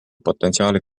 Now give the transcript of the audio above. potentsiaali